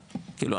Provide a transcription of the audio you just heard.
כאילו,